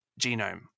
genome